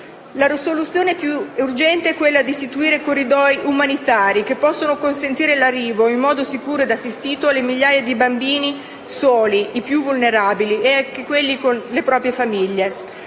La risoluzione più urgente è istituire dei corridoi umanitari che possano consentire l'arrivo, in modo sicuro e assistito, alle migliaia di bambini soli (i più vulnerabili) e anche a quelli con le proprie famiglie.